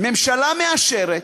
ממשלה מאשרת,